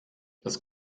das